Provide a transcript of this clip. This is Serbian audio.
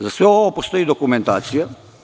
Za sve ovo postoji dokumentacija.